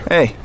Hey